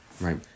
right